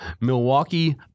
Milwaukee